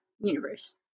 universe